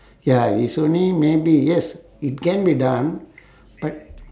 ya it's only maybe yes it can be done but